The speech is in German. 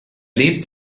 lebt